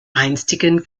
einstigen